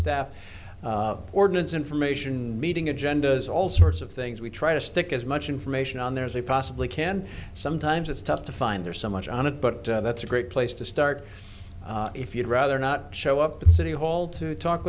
staff ordinance information meeting agendas all sorts of things we try to stick as much information on there as we possibly can sometimes it's tough to find there's so much on it but that's a great place to start if you'd rather not show up at city hall to talk